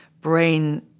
brain